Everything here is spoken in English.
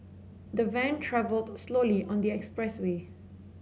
the van travelled slowly on their expressway